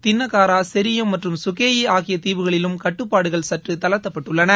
தின்னகாரா செரியம் மற்றும் சுகேயி ஆகிய தீவுகளிலும் கட்டுப்பாடுகள் சற்று தளர்த்தப்பட்டுள்ளன